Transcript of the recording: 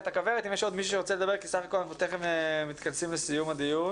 עוד מעט אנחנו מתכנסים לסיום הדיון